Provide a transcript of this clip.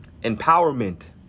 empowerment